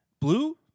Blue